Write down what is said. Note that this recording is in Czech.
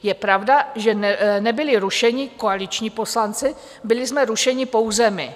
Je pravda, že nebyli rušeni koaliční poslanci, byli jsme rušeni pouze my.